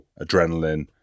adrenaline